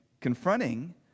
confronting